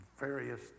various